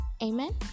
amen